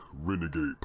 Renegade